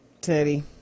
Teddy